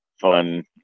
fun